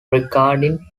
regarding